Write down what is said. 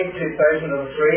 2003